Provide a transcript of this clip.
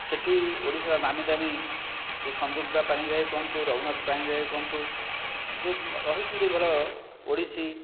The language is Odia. ସେଇଠି ଓଡ଼ିଶା ନାମିଦାମୀ ଯେଉଁ ସଂଯୁକ୍ତା ପାଣିଗ୍ରାହୀ କୁହନ୍ତୁ ରଘୁନାଥ ପାଣିଗ୍ରାହୀ କୁହନ୍ତୁ ଯେଉଁ ରହିଛନ୍ତି ବଡ଼ ଓଡ଼ିଶୀ